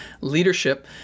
leadership